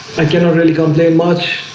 i cannot really complain much.